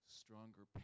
stronger